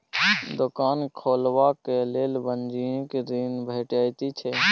दोकान खोलबाक लेल वाणिज्यिक ऋण भेटैत छै